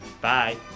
Bye